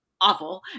awful